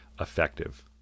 effective